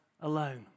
alone